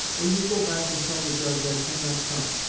well, you go back and tell the judge i cannot come.